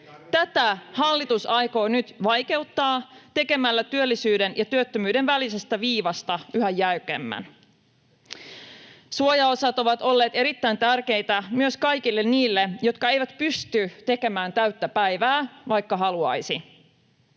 Tätä hallitus aikoo nyt vaikeuttaa tekemällä työllisyyden ja työttömyyden välisestä viivasta yhä jäykemmän. Suojaosat ovat olleet erittäin tärkeitä myös kaikille niille, jotka eivät pysty tekemään täyttä päivää, vaikka haluaisivat.